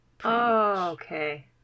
okay